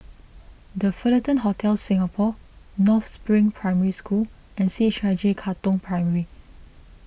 the Fullerton Hotel Singapore North Spring Primary School and C H I J Katong Primary